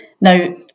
Now